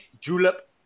julep